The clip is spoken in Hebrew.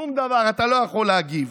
שום דבר, אתה לא יכול להגיב.